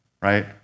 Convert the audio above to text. right